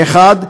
האחד,